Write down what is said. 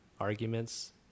arguments